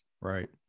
Right